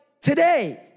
today